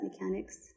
mechanics